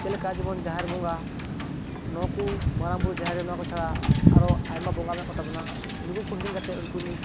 ᱪᱮᱫ ᱞᱮᱠᱟ ᱡᱮᱢᱚᱱ ᱡᱟᱦᱮᱨ ᱵᱚᱸᱜᱟ ᱱᱚᱣᱟ ᱠᱚ ᱢᱟᱨᱟᱝ ᱵᱩᱨᱩ ᱡᱟᱦᱮᱨ ᱮᱨᱟ ᱱᱚᱣᱟ ᱠᱚ ᱪᱷᱟᱲᱟ ᱟᱨᱚ ᱟᱭᱢᱟ ᱵᱚᱸᱜᱟ ᱢᱮᱱᱟᱜ ᱠᱚ ᱛᱟᱱᱵᱚᱱᱟ ᱱᱩᱠᱩ ᱠᱚ ᱦᱤᱲᱤᱧ ᱠᱟᱛᱮᱫ ᱩᱱᱠᱩ ᱱᱤᱛ